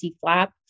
flap